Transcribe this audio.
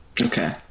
Okay